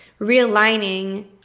realigning